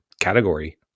category